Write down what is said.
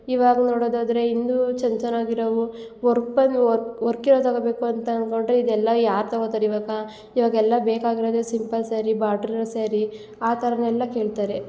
ಈವಾಗ ನೋಡೋದಾದರೆ ಇನ್ನೂ ಚನ್ ಚೆನ್ನಾಗೊ ಇರೋವು ವರ್ಕ್ ಬಂದು ವರ್ಕ್ ಇರೋದೆಲ್ಲ ಬೇಕು ಅಂತ ಅನ್ಕೊಂಡರೆ ಇದೆಲ್ಲ ಯಾರು ತಗೊತಾರೆ ಈವಾಗ ಇವಾಗ ಎಲ್ಲ ಬೇಕಾಗಿರೋದೆ ಸಿಂಪಲ್ ಸ್ಯಾರಿ ಬಾಡ್ರು ಸ್ಯಾರಿ ಆ ಥರನೆಲ್ಲ ಕೇಳ್ತಾರೆ